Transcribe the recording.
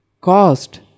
caused